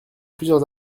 plusieurs